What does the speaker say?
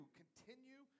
continue